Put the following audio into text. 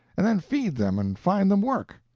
and then feed them and find them work.